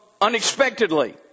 unexpectedly